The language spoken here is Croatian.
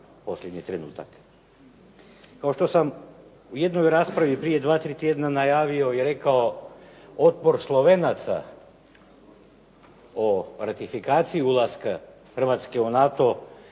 posljednji trenutak. Kao što sam u jednoj raspravi prije 2, 3 tjedna najavio i rekao otpor Slovenaca o ratifikaciji ulaska Hrvatske u NATO